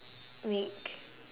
make